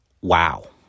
wow